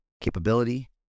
capability